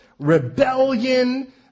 rebellion